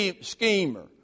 schemer